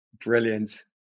Brilliant